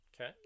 Okay